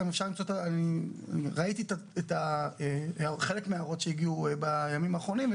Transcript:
ראיתי חלק מהערות שהגיעו בימים האחרונים.